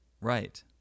right